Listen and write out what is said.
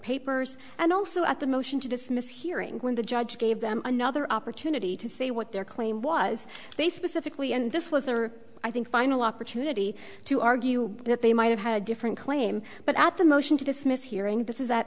papers and also at the motion to dismiss hearing when the judge gave them another opportunity to say what their claim was they specifically and this was the i think final opportunity to argue that they might have had a different claim but at the motion to dismiss hearing this is that